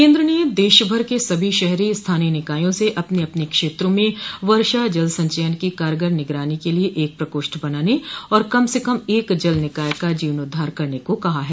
केन्द्र ने देश भर के सभी शहरी स्थानीय निकायों से अपने अपने क्षेत्रों में वर्षा जल संचयन की कारगर निगरानी के लिए एक प्रकोष्ठ बनाने और कम से कम एक जल निकाय का जीर्णोद्वार करने को कहा है